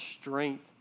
strength